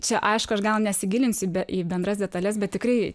čia aišku aš gal nesigilinsiu į bendras detales bet tikrai